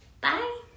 bye